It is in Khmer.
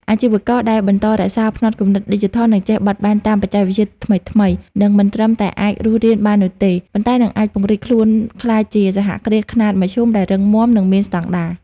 អាជីវករដែលបន្តរក្សា ផ្នត់គំនិតឌីជីថល និងចេះបត់បែនតាមបច្ចេកវិទ្យាថ្មីៗ នឹងមិនត្រឹមតែអាចរស់រានបាននោះទេ ប៉ុន្តែនឹងអាចពង្រីកខ្លួនក្លាយជា សហគ្រាសខ្នាតមធ្យម ដែលរឹងមាំ និងមានស្តង់ដារ។